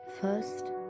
first